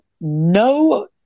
no